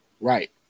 Right